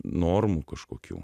normų kažkokių